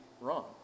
wrong